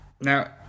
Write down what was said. Now